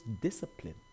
discipline